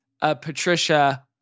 Patricia